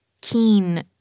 keen